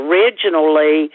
Originally